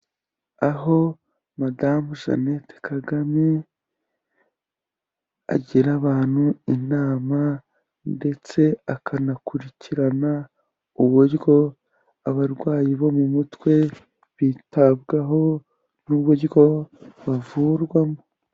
Aho madamu Jeannette Kagame agira abantu inama ndetse akanakurikirana uburyo abarwayi bo mu mutwe bitabwaho n'uburyo bavurwamo.